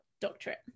doctorate